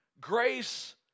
grace